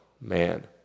man